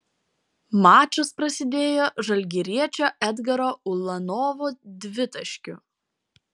mačas prasidėjo žalgiriečio edgaro ulanovo dvitaškiu